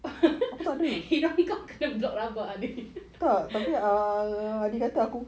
laki kau kena block rabak